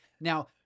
Now